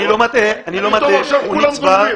אני לא מטעה, הוא נצבר,